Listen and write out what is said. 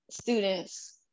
students